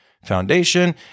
Foundation